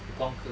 conquer